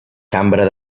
cambra